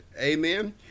Amen